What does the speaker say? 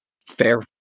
Fair